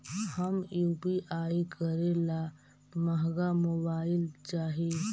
हम यु.पी.आई करे ला महंगा मोबाईल चाही?